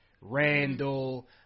Randall